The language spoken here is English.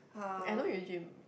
I know you gym